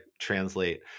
translate